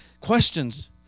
questions